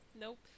Nope